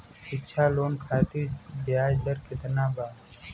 शिक्षा लोन खातिर ब्याज दर केतना बा?